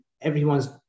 everyone's